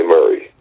Murray